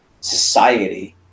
Society